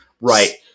Right